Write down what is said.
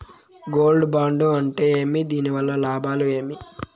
Gold bond అంటే ఏమి? దీని వల్ల లాభాలు ఏమి?